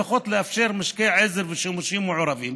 לפחות, לאפשר משקי עזר ושימושים מעורבים,